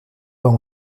par